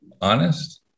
honest